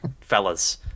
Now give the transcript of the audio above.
fellas